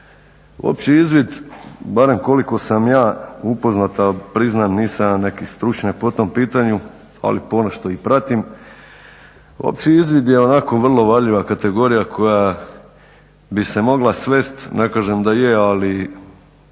Opći izvid barem koliko sam ja upoznat, a priznam nisam ja neki stručnjak po tom pitanju, ali ponešto i pratim, opći izvid je onako vrlo varljiva kategorija koja bi se mogla svesti, ne kažem da je ali